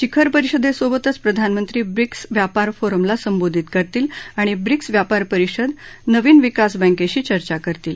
शिखर परिषदेसोबतच प्रधानमंत्री ब्रीक्स व्यापार फोरमला संबोधित करतील आणि ब्रीक्स व्यापार परिषद नवीन विकास बँकेशी चर्चा करतील